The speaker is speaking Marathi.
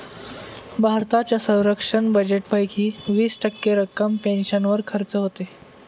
भारताच्या संरक्षण बजेटपैकी वीस टक्के रक्कम पेन्शनवर खर्च होते